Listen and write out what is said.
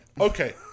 Okay